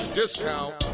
discount